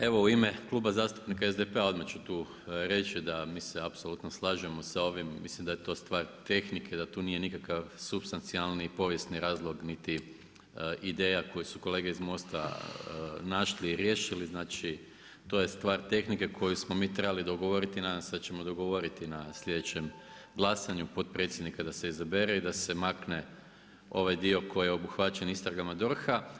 Evo u ime Kluba zastupnika SDP-a odmah ću tu reći da mi se apsolutno slažemo s ovim, mislim da je to stvar tehnike da tu nije nikakav supstancijalni i povijesni razlog niti ideja koju su kolege iz MOST-a našli i riješili, znači to je stvar tehnike koju smo mi trebali dogovoriti, nadam se da ćemo dogovoriti na sljedećem glasanju potpredsjednika da se izabere i da se makne ovaj dio koji je obuhvaćen istragama DORH-a.